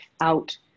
out